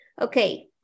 Okay